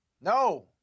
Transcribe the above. No